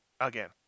again